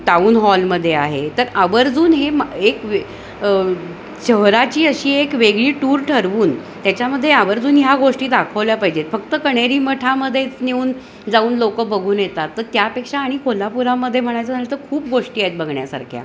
town हॉलमध्ये आहे तर आवर्जून हे एक शहराची अशी एक वेगळी टूर ठरवून त्याच्यामध्ये आवर्जून ह्या गोष्टी दाखवल्या पाहिजेत फक्त कण्हेरी मठामध्येच नेऊन जाऊन लोक बघून येतात तर त्यापेक्षा आणि कोल्हापुरामध्ये म्हणायचं झालं तर खूप गोष्टी आहेत बघण्यासारख्या